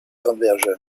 conversion